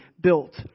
built